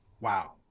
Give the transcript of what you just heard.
Wow